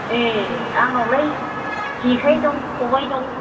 ए आंनावलाय जेखाइ दं खाबाइ दं